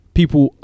people